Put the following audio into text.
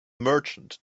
merchant